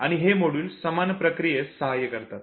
आणि हे मॉड्यूल समान प्रक्रियेस सहाय्य करतात